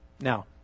Now